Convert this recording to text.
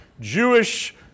Jewish